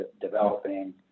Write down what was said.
developing